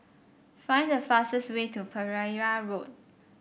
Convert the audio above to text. find the fastest way to Pereira Road